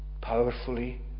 powerfully